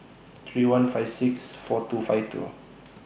three one five six four two five two